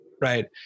right